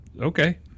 okay